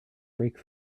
brake